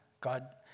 God